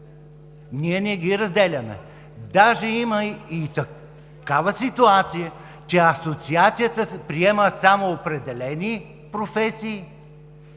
Ние не ги разделяме. Даже има и такава ситуация, че Асоциацията приема само определени професии